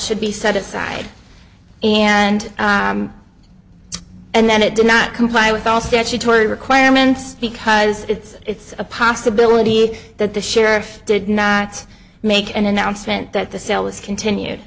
should be set aside and and then it did not comply with all statutory requirements because it's a possibility that the sheriff did not make an announcement that the sale was continue